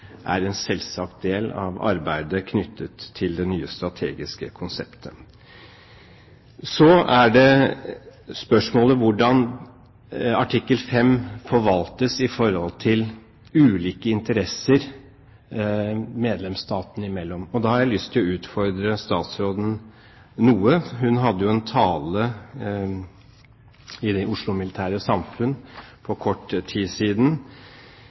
er en selvsagt del av arbeidet knyttet til det nye strategiske konseptet. Så er spørsmålet hvordan artikkel 5 forvaltes i forhold til ulike interesser medlemsstatene imellom, og da har jeg lyst til å utfordre statsråden noe. Hun hadde en tale i Oslo Militære Samfund for kort tid siden,